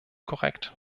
korrekt